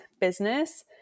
business